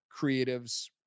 creatives